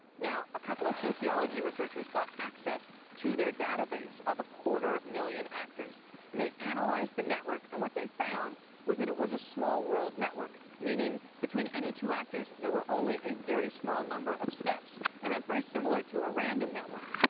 now a couple of sociology researchers got access to their database of a quarter million actors and they analyzed the network and what they found was that it was a small world network, meaning between any two actors there were only a very small number of steps. and that is very similar to a random network.